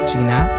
Gina